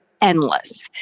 endless